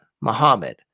Muhammad